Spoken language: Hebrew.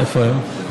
איפה הם?